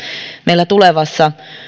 meillä tulevaisuudessa